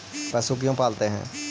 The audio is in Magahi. पशु क्यों पालते हैं?